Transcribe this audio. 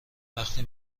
وقتی